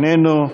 איננו,